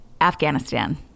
Afghanistan